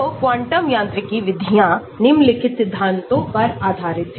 तो क्वांटम यांत्रिकी विधियां निम्नलिखित सिद्धांतों पर आधारित हैं